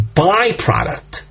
byproduct